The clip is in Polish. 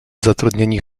zatrudnieni